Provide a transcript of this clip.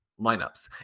lineups